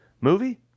movie